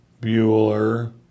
Bueller